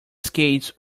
skates